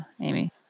Amy